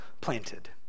planted